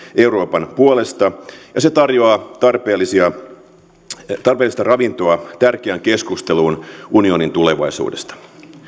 euroopan puolesta ja se tarjoaa tarpeellista ravintoa tärkeään keskusteluun unionin tulevaisuudesta